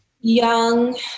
young